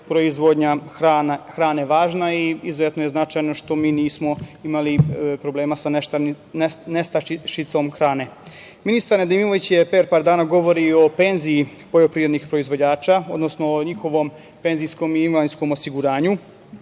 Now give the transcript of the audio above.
proizvodnja hrane važna. Izuzetno je značajno što mi nismo imali problema sa nestašicom hrane. Ministar Nedimović je pre par dana govorio o penziji poljoprivrednih proizvođača, odnosno o njihovom penzijskom i invalidskom osiguranju.